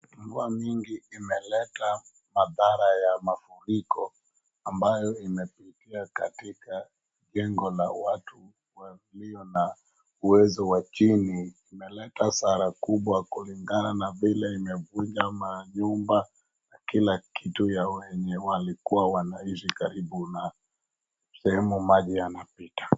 Mvua mingi imeleta madhara ya mafuriko ambayo inapitia katika jengo la watu walio na uwezo wa chini inaleta hasara kubwa kulingana na vile imevunja manyumba na kila kitu ya wenye walikuwa wanaishi karibu na sehemu maji yanapita.